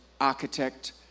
architect